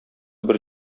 бер